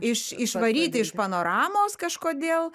iš išvaryti iš panoramos kažkodėl